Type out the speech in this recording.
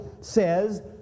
says